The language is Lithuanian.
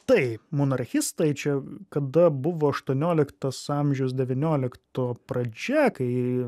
taip monarchistai čia kada buvo aštuonioliktas amžius devyniolikto pradžia kai